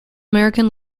american